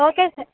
okay sir